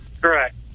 Correct